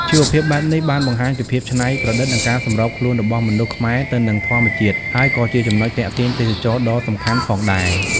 ជីវភាពបែបនេះបានបង្ហាញពីភាពច្នៃប្រឌិត និងការសម្របខ្លួនរបស់មនុស្សខ្មែរទៅនឹងធម្មជាតិ ហើយក៏ជាចំណុចទាក់ទាញទេសចរណ៍ដ៏សំខាន់ផងដែរ។